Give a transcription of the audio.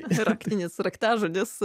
ir akvinietis raktažodis